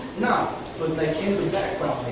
no, but like in the background,